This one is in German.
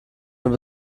mehr